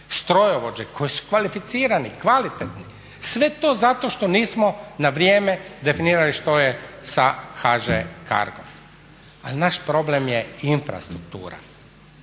strojovođe koji su kvalificirani, kvalitetni. Sve to zato što nismo na vrijeme definirali što je sa HŽ Cargom. Naš problem je infrastruktura.